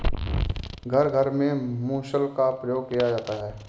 घर घर में मुसल का प्रयोग किया जाता है